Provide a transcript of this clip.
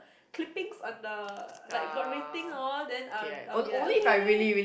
clippings on the like got rating orh then I I'll be like okay